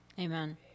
Amen